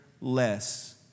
less